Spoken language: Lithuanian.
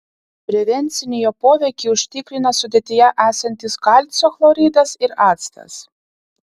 prevencinį jo poveikį užtikrina sudėtyje esantis kalcio chloridas ir actas